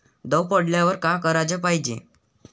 दव पडल्यावर का कराच पायजे?